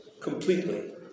completely